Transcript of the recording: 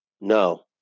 No